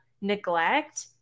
neglect